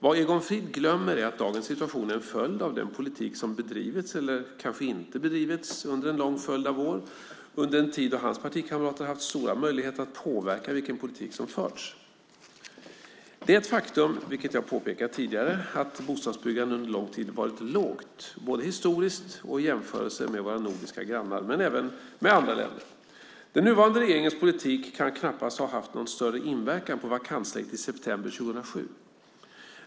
Vad Egon Frid glömmer är att dagens situation är en följd av den politik som bedrivits - eller kanske inte bedrivits - under en lång följd av år, under en tid då hans partikamrater haft stora möjligheter att påverka vilken politik som förts. Det är ett faktum, vilket jag påpekat tidigare, att bostadsbyggandet under lång tid varit lågt, både historiskt och i jämförelse med våra nordiska grannar och andra länder. Den nuvarande regeringens politik kan knappast ha haft någon större inverkan på vakansläget i september 2007.